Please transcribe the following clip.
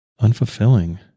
unfulfilling